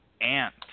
ant